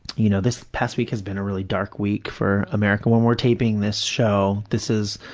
you know, this past week has been a really dark week for america. when we're taping this show, this is,